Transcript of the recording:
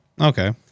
Okay